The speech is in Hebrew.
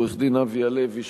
עורך-דין אבי הלוי,